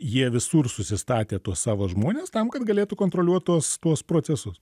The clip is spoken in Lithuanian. jie visur susistatę tuos savo žmones tam kad galėtų kontroliuot tuos tuos procesus